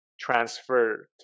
transferred